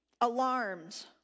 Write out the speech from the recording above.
alarmed